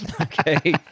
Okay